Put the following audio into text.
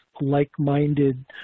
like-minded